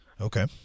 Okay